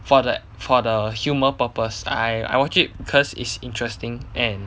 for the for the humour purpose I I watch it cause it's interesting and